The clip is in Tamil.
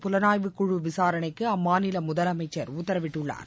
புலனாய்வு குழு விசாரணைக்குஅம்மாநிலமுதலமைச்சர் உத்தரவிட்டுள்ளார்